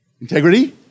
Integrity